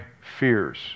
fears